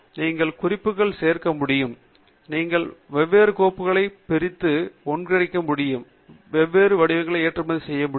நீங்கள் குறிப்புகள் சேர்க்க முடியும் நீங்கள் வெவ்வேறு கோப்புகளை பிரித்து ஒன்றிணைக்க முடியும் வெவ்வேறு வடிவங்களை ஏற்றுமதி செய்ய முடியும்